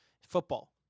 football